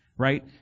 right